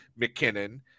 McKinnon